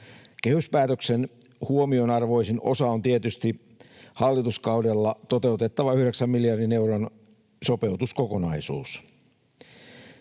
Kehyspäätöksen huomionarvoisin osa on tietysti hallituskaudella toteutettava 9 miljardin euron sopeutuskokonaisuus.